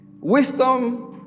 Wisdom